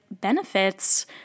benefits